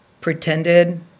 pretended